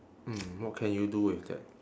mm what can you do with that